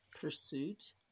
Pursuit